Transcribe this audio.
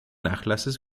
nachlasses